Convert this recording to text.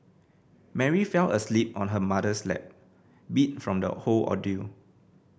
Mary fell asleep on her mother's lap beat from the whole ordeal